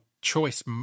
choice